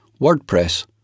WordPress